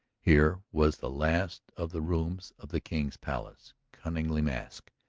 here was the last of the rooms of the king's palace, cunningly masked,